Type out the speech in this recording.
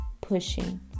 pushing